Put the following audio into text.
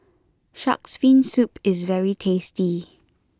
shark's fin soup is very tasty